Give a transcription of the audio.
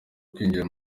kwinjira